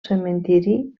cementiri